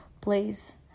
place